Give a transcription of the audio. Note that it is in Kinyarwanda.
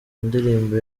ndirimbo